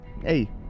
hey